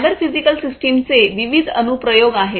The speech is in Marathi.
सायबर फिजिकल सिस्टमचे विविध अनुप्रयोग आहेत